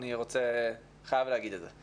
אני חייב להגיד את זה.